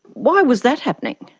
why was that happening?